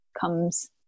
comes